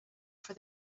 for